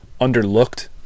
underlooked